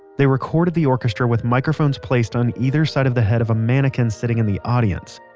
they recorded the orchestra with microphones placed on either side of the head of a mannequin sitting in the audience.